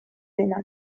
denak